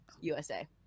USA